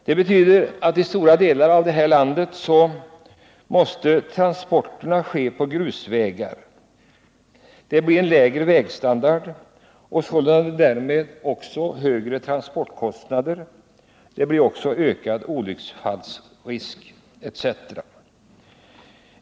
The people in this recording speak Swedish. Det betyder att transporterna i stora delar av landet måste ske på grusvägar, dvs. på vägar med en lägre vägstandard och därmed följande högre transportkostnader, ökade olycksfallsrisker etc.